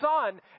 son